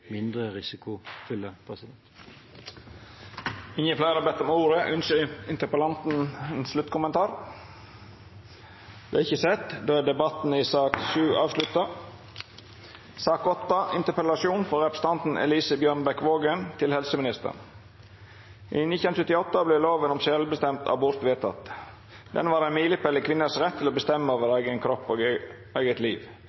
mindre risikofulle. Fleire har ikkje bedt om ordet. Ynskjer interpellanten ein sluttkommentar? Så er ikkje sett. Då er debatten i sak nr. 7 avslutta. I 1978 ble loven om selvbestemt abort vedtatt. Det var en milepel i kvinners rett til å bestemme over egen kropp og eget liv.